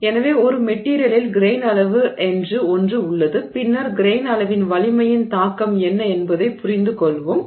எனவே ஒரு மெட்டிரியலில் கிரெய்ன் அளவு என்று ஒன்று உள்ளது பின்னர் கிரெய்ன் அளவின் வலிமையின் தாக்கம் என்ன என்பதைப் புரிந்துகொள்வோம்